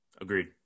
Agreed